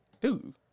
Dude